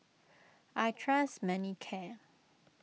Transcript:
I trust Manicare